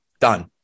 Done